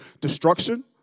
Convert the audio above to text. destruction